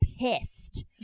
pissed